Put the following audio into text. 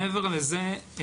מעבר לזה,